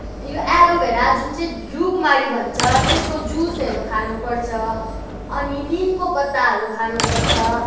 यो एलोभेरा जुन चाहिँ घिउकुमारी भन्छ त्यसको जुसहरू खानु पर्छ अनि निमको पत्ताहरू खानु पर्छ